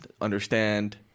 understand